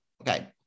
Okay